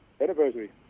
anniversary